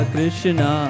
Krishna